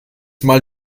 mal